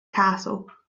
castle